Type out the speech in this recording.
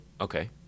Okay